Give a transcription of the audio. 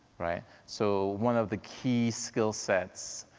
right? so, one of the key skillsets,